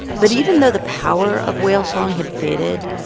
but even though the power of whale song had faded,